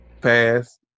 Pass